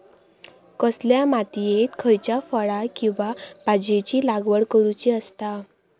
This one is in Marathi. कसल्या मातीयेत खयच्या फळ किंवा भाजीयेंची लागवड करुची असता?